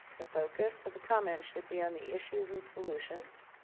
the focus of the comments should be on the issues and solutions